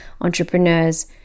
entrepreneurs